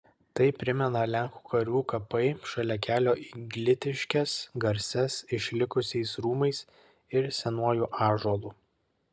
tai primena lenkų karių kapai šalia kelio į glitiškes garsias išlikusiais rūmais ir senuoju ąžuolu